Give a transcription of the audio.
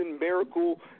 miracle